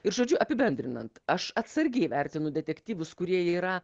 ir žodžiu apibendrinant aš atsargiai vertinu detektyvus kurie yra